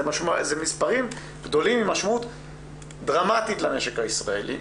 זה מספרים גדולים עם משמעות דרמטית למשק הישראלי,